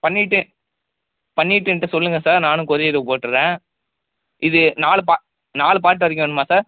பண்ணிவிட்டு பண்ணிவிட்டு என்கிட்ட சொல்லுங்க சார் நானும் கொரியருக்கு போட்டுடுறேன் இது நாலு பா நாலு பார்ட்டு வரைக்கும் வேணுமா சார்